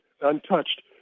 untouched